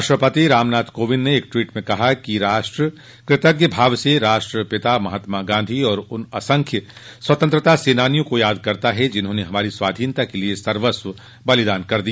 राष्ट्रपति रामनाथ कोविंद ने एक ट्वीट में कहा कि राष्ट्र कृतज्ञ भाव से राष्ट्रपिता महात्मा गांधी और उन असंख्य स्वतंत्रता सेनानियों को याद करता है जिन्होंने हमारी स्वाधीनता के लिए सर्वस्व बलिदान कर दिया